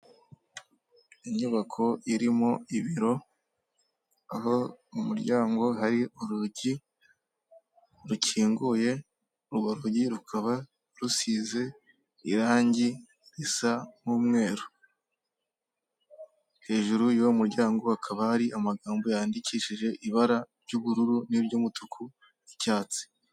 Inyubako irimo ibiro aho umuryango hari urugi rukinguye, urugi rukaba rusize irangi risa n'mweru, hejuru y'uwo muryango hakaba hari amagambo yandikishije ibara ry'ubururu n'iryo umutuku, n'icyatsi.